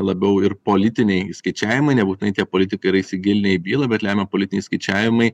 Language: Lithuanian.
labiau ir politiniai skaičiavimai nebūtinai tie politikai yra įsigilinę į bylą bet lemia politiniai skaičiavimai